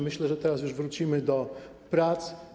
Myślę, że teraz już wrócimy do prac.